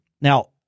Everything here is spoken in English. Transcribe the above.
Now